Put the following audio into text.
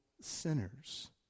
sinners